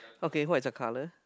okay what is the color